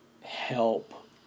help